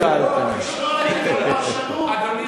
הנה, ההערה נזרקה לפתחו של סגן שר האוצר.